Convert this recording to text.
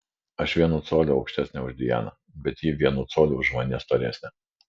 aš vienu coliu aukštesnė už dianą bet ji vienu coliu už mane storesnė